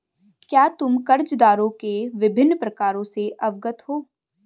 क्या तुम कर्जदारों के विभिन्न प्रकारों से अवगत हो?